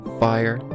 fire